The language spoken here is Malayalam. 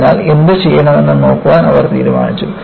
അതിനാൽ എന്തുചെയ്യണമെന്ന് നോക്കാൻ അവർ തീരുമാനിക്കുന്നു